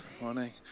morning